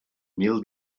mil